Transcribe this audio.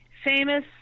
Famous